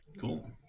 Cool